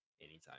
anytime